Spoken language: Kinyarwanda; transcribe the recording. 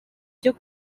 cyo